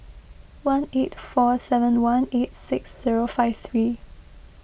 one eight four seven one eight six zero five three